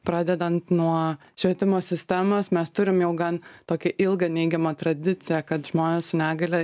pradedant nuo švietimo sistemos mes turim jau gan tokią ilgą neigiamą tradiciją kad žmonės su negalia